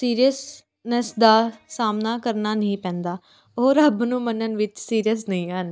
seriousness ਦਾ ਸਾਹਮਣਾ ਕਰਨਾ ਨਹੀਂ ਪੈਂਦਾ ਉਹ ਰੱਬ ਨੂੰ ਮੰਨਣ ਵਿੱਚ ਸੀਰੀਅਸ ਨਹੀਂ ਹਨ